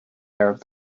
arab